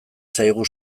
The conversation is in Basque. zaigu